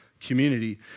community